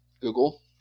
Google